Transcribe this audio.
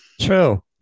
True